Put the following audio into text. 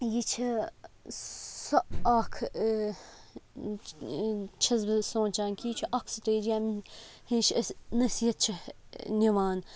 یہِ چھِ سۅ اَکھ چھَس بہٕ سونچان کہِ یہِ چھُ اَکھ سِٹیج ییٚمہِ نِش اَسہِ نصیٖحت چھِ نِوان